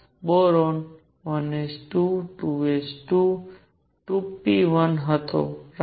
boron 1 s 2 2 s 2 2 p 1 હતો right